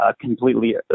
completely